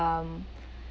um